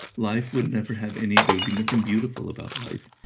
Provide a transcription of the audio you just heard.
life would never have any, there would be nothing beautiful about life.